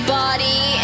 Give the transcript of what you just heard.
body